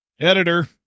Editor